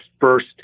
first